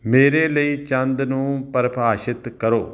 ਮੇਰੇ ਲਈ ਚੰਦ ਨੂੰ ਪਰਿਭਾਸ਼ਿਤ ਕਰੋ